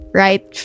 right